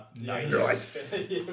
Nice